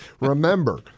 Remember